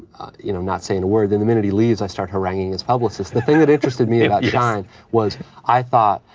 you know not saying a word. then the minute he leaves, i start haranguing his publicist. the thing that interested me about shine was i thought,